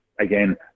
Again